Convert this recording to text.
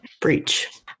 breach